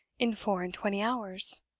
in four-and-twenty hours.